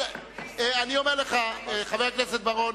אני אומר לך, חבר הכנסת בר-און,